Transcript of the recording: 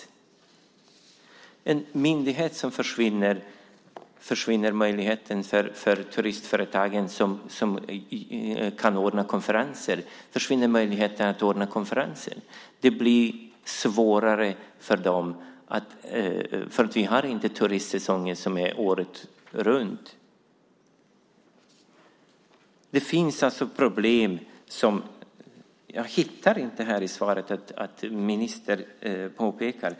När en myndighet försvinner, försvinner möjligheterna för turistföretagen att anordna konferenser. Det blir svårare för dem eftersom vi inte har turistsäsong året runt. Det finns alltså problem som ministern inte tar upp.